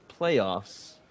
playoffs